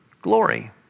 glory